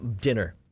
dinner